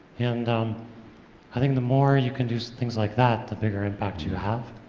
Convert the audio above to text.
and um i think the more you can do things like that, the bigger impact you have,